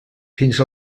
fins